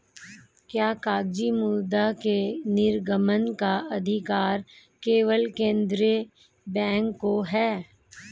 क्या कागजी मुद्रा के निर्गमन का अधिकार केवल केंद्रीय बैंक को है?